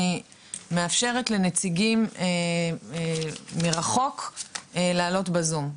אני מאפשר לנציגים מרחוק להעלות בזום.